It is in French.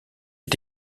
est